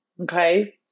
okay